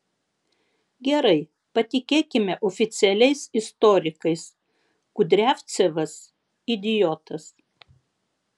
gerai patikėkime oficialiais istorikais kudriavcevas idiotas